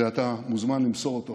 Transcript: ואתה מוזמן למסור אותה